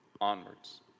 onwards